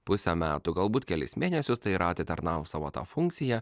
pusę metų galbūt kelis mėnesius tai yra atitarnaus savo tą funkciją